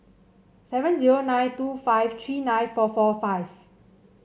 seven zero nine two five three nine four four five